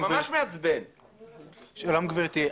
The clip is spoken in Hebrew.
גברתי,